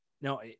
no